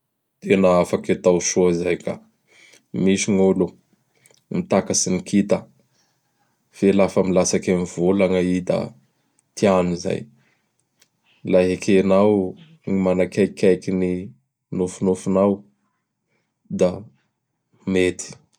Tena afaky atao soa izay ka. Misy gn' olo mitakatsy gny kita; fe lafa milatsaky amin' ny volagna i da tiany zay. Lah ekenao ny manakaikaiky ny nofinofinao; da mety.